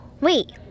Wait